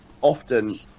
often